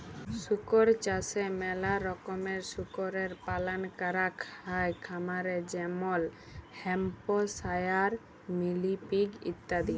শুকর চাষে ম্যালা রকমের শুকরের পালল ক্যরাক হ্যয় খামারে যেমল হ্যাম্পশায়ার, মিলি পিগ ইত্যাদি